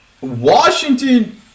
Washington –